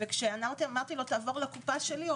וכשאמרתי לו: תעבור לקופה שלי,